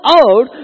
out